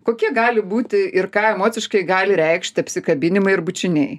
kokie gali būti ir ką emociškai gali reikšti apsikabinimai ir bučiniai